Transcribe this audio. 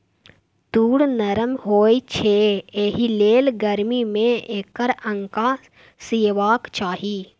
तूर नरम होए छै एहिलेल गरमी मे एकर अंगा सिएबाक चाही